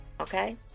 Okay